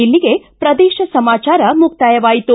ಇಲ್ಲಿಗೆ ಪ್ರದೇಶ ಸಮಾಚಾರ ಮುಕ್ತಾಯವಾಯಿತು